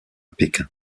pékin